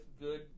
good